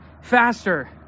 faster